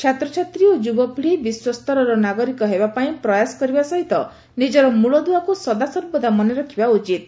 ଛାତ୍ରଛାତ୍ରୀ ଓ ଯ୍ରବପିଢ଼ି ବିଶ୍ୱସ୍ତରର ନାଗରିକ ହେବା ପାଇଁ ପ୍ରୟାସ କରିବା ସହିତ ନିଜର ମ୍ଳଦ୍ଆକ୍ ସଦାସର୍ବଦା ମନେ ରଖିବା ଉଚିତ୍